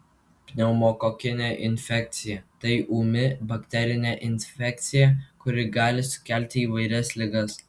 pneumokokinė infekcija tai ūmi bakterinė infekcija kuri gali sukelti įvairias ligas